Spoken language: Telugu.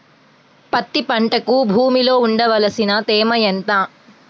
పత్తి పంటకు భూమిలో ఉండవలసిన తేమ ఎంత?